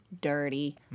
dirty